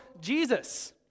Jesus